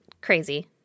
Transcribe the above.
crazy